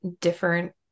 different